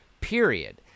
period